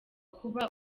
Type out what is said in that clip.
kuba